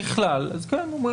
טוב.